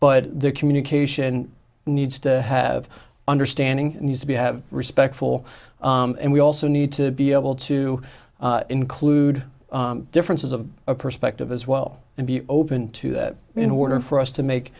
but the communication needs to have understanding needs to be have respectful and we also need to be able to include differences of a perspective as well and be open to that in order for us to make